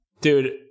Dude